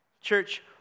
Church